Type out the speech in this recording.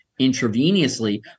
intravenously